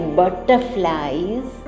butterflies